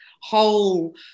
whole